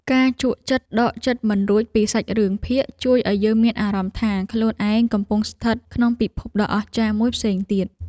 ការជក់ចិត្តដកចិត្តមិនរួចពីសាច់រឿងភាគជួយឱ្យយើងមានអារម្មណ៍ថាខ្លួនឯងកំពុងស្ថិតក្នុងពិភពដ៏អស្ចារ្យមួយផ្សេងទៀត។